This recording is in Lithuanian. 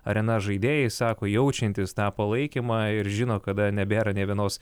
arena žaidėjai sako jaučiantys tą palaikymą ir žino kada nebėra nė vienos